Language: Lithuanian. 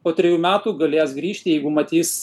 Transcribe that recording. po trejų metų galės grįžti jeigu matys